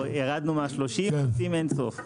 ירדנו מה- 30 עושים אין סוף -- לא,